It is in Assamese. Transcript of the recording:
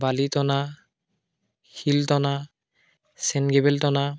বালি টনা শিল টনা চেণ্ডগিভেল টনা